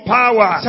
power